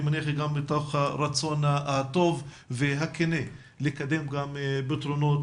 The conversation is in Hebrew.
אני מניח שהיא גם מתוך הרצון הטוב והכנה לקדם גם פתרונות